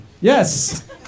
Yes